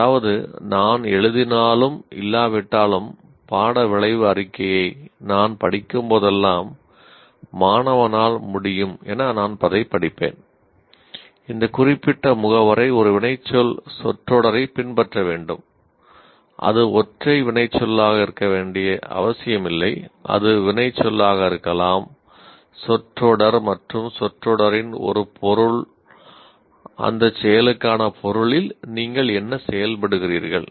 அதாவது நான் எழுதினாலும் இல்லாவிட்டாலும் பாட விளைவு அறிக்கையை நான் படிக்கும்போதெல்லாம் மாணவனால் முடியும் என நான் அதைப் படிப்பேன் இந்த குறிப்பிட்ட முகவுரை ஒரு வினைச்சொல் சொற்றொடரைப் பின்பற்ற வேண்டும் அது ஒற்றை வினைச்சொல்லாக இருக்க வேண்டிய அவசியமில்லை அது வினைச்சொல்லாக இருக்கலாம் சொற்றொடர் மற்றும் சொற்றொடரின் ஒரு பொருள் அந்தச் செயலுக்கான பொருளில் நீங்கள் என்ன செயல்படுகிறீர்கள்